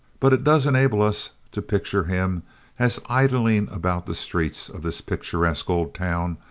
but it does enable us to picture him as idling about the streets of this picturesque old town,